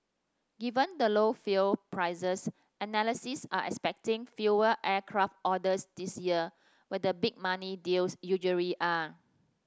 given the low fuel prices analysts are expecting fewer aircraft orders this year where the big money deals usually are